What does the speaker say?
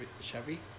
Chevy